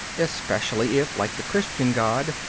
especially if, like the christian god,